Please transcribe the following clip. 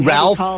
Ralph